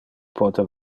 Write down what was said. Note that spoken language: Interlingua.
pote